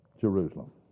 Jerusalem